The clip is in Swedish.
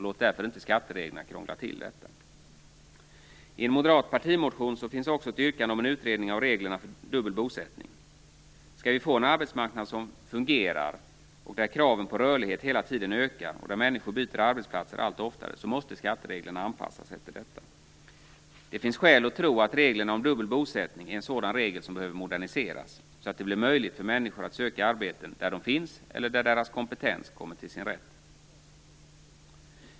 Låt därför inte skattereglerna krångla till detta! I en moderat partimotion finns också ett yrkande om en utredning av reglerna för dubbel bosättning. Skall vi få en arbetsmarknad som fungerar, där kraven på rörlighet hela tiden ökar och där människor byter arbetsplatser allt oftare, så måste skattereglerna anpassas efter detta. Det finns skäl att tro att reglerna om dubbel bosättning är en sådan regel som behöver moderniseras, så att det blir möjligt för människor att söka arbeten där de finns eller där deras kompetens kommer till sin rätt.